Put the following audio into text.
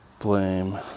blame